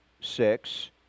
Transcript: six